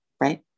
right